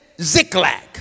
Ziklag